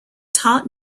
taught